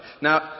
Now